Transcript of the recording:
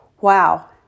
Wow